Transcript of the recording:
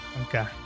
Okay